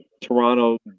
Toronto